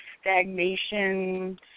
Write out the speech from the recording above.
stagnation